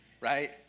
right